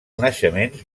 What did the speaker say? naixements